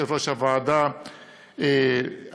יושב-ראש ועדת העבודה והרווחה,